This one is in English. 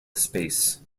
space